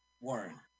Warren